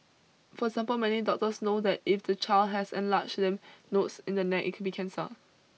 for example many doctors know that if the child has enlarged lymph nodes in the neck it can be cancer